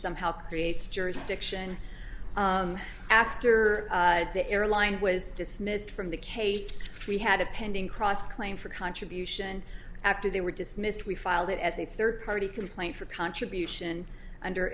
somehow creates jurisdiction after the airline was dismissed from the case we had a pending cross claim for contribution and after they were dismissed we filed it as a third party complaint for contribution under